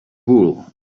wool